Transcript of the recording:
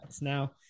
now